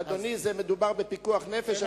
אדוני, מדובר בפיקוח נפש.